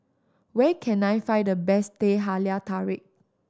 where can I find the best Teh Halia Tarik